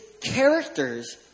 characters